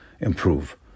improve